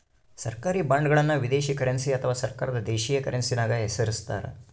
ಸರ್ಕಾರಿ ಬಾಂಡ್ಗಳನ್ನು ವಿದೇಶಿ ಕರೆನ್ಸಿ ಅಥವಾ ಸರ್ಕಾರದ ದೇಶೀಯ ಕರೆನ್ಸ್ಯಾಗ ಹೆಸರಿಸ್ತಾರ